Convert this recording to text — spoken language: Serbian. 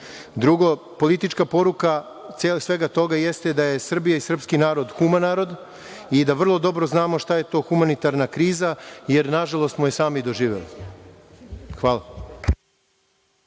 Drugo, politička poruka svega toga jeste da je Srbija i srpski narod human narod i da vrlo dobro znamo šta je to humanitarna kriza, jer nažalost smo je sami doživeli. Hvala.